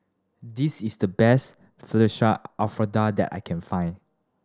this is the best Fettuccine Alfredo that I can find